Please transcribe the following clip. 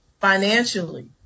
financially